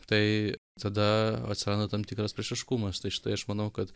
tai tada atsiranda tam tikras priešiškumas tai štai aš manau kad